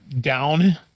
down